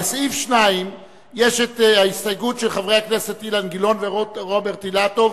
לסעיף 2 יש את ההסתייגות של חברי הכנסת אילן גילאון ורוברט אילטוב,